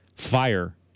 fire